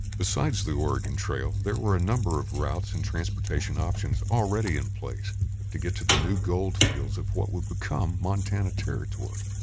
besides the oregon trail, there were a number of routes and transportation options already in place to get to the new gold fields of what would become montana territory.